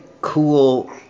cool